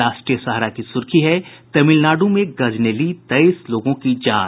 राष्ट्रीय सहारा की सुर्खी है तमिलनाडु में गज ने ली तेईस लोगों की जान